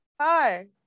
hi